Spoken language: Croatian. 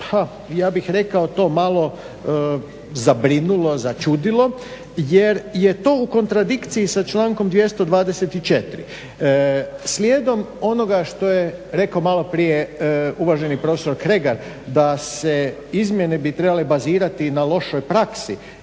ja bih rekao to malo zabrinulo, začudilo jer je to u kontradikciji sa člankom 224. Slijedom onoga što je rekao maloprije uvaženi profesor Kregar da izmjene bi se trebale bazirati na lošoj praksi